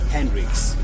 Hendricks